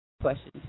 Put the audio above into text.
question